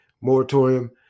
moratorium